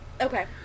Okay